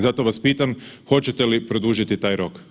Zato vas pitam hoćete li produžiti taj rok?